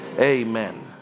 amen